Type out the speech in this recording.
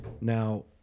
Now